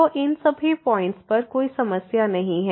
तो इन सभी पॉइंट्स पर कोई समस्या नहीं है